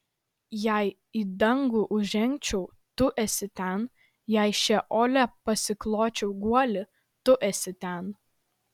jei į dangų užžengčiau tu esi ten jei šeole pasikločiau guolį tu esi ten